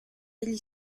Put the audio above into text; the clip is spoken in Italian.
degli